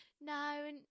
no